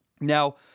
Now